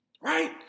Right